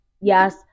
Yes